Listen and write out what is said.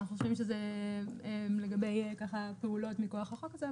אנחנו חושבים שזה לגבי פעולות מכוח החוק הזה,